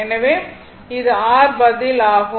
எனவே இது r பதில் ஆகும்